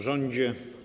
Rządzie!